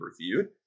reviewed